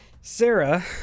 Sarah